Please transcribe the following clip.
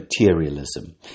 materialism